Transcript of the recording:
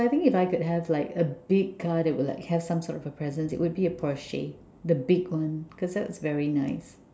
so I think if I could have like a big car that have some sort of a presence it would be a Porsche the big one cause that's very nice